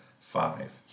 five